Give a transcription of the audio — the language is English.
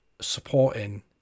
supporting